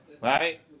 right